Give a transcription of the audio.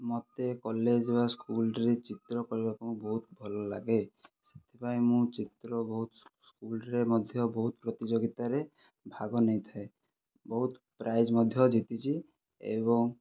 ମୋତେ କଲେଜ ବା ସ୍କୁଲରେ ଚିତ୍ର କରିବାକୁ ବହୁତ ଭଲ ଲାଗେ ସେଥିପାଇଁ ମୁଁ ଚିତ୍ର ବହୁତ ସ୍କୁଲରେ ମଧ୍ୟ ବହୁତ ପ୍ରତିଯୋଗିତାରେ ଭାଗ ନେଇଥାଏ ବହୁତ ପ୍ରାଇଜ ମଧ୍ୟ ଜିତିଛି ଏବଂ